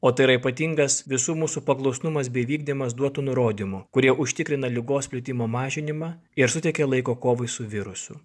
o tai yra ypatingas visų mūsų paklusnumas bei vykdymas duotų nurodymų kurie užtikrina ligos plitimo mažinimą ir suteikia laiko kovai su virusu